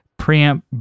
preamp